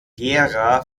gera